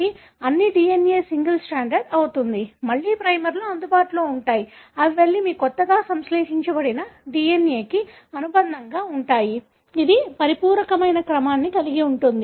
కాబట్టి అన్ని DNA single stranded అవుతుంది మళ్ళీ ప్రైమర్లు అందుబాటులో ఉన్నాయి అవి వెళ్ళి మీ కొత్తగా సంశ్లేషణ చేయబడిన DNA కి అనుబంధంగా ఉంటాయి ఇది పరిపూరకరమైన క్రమాన్ని కలిగి ఉంటుంది